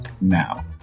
now